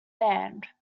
band